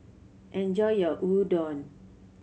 enjoy your Udon